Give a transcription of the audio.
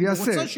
ואם הוא רוצה,